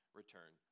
return